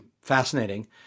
fascinating